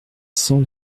cent